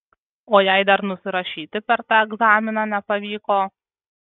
o jei dar nusirašyti per tą egzaminą nepavyko